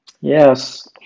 Yes